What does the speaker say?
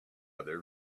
other